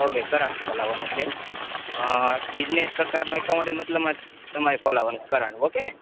okay current ખોલાવાનું છે business પ્રકારનું એકાઉન્ટે મતલબમાં તેમાંય ખોલાવાનું કરંટ ઓકેને